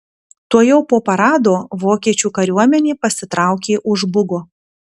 tuojau po parado vokiečių kariuomenė pasitraukė už bugo